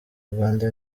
rwanda